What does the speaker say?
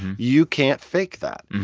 you can't fake that.